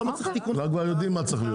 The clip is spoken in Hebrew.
אנחנו כבר יודעים מה צריך להיות,